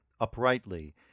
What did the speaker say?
uprightly